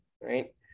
Right